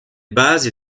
base